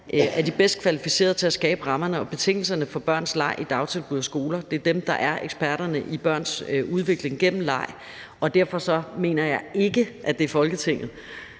er de bedst kvalificerede til at skabe rammerne og betingelserne for børns leg i dagtilbud og skoler. Det er dem, der er eksperterne i børns udvikling gennem leg, og derfor mener jeg ikke, at det er Folketinget,